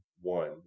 one